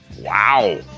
wow